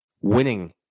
winning